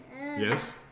Yes